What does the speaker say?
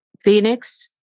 Phoenix